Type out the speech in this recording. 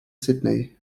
sydney